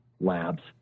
Labs